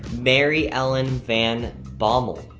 mary ellen van bommel,